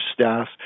staff